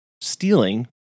stealing